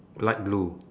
light blue